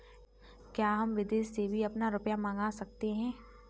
क्या हम विदेश से भी अपना रुपया मंगा सकते हैं?